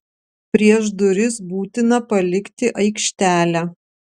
prieš duris būtina palikti aikštelę